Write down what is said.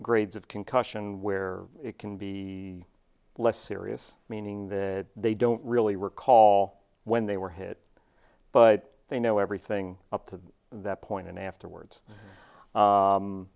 grades of concussion where it can be less serious meaning that they don't really recall when they were hit but they know everything up to that point and afterwards